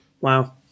Wow